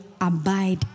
abide